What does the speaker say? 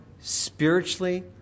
spiritually